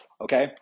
Okay